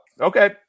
okay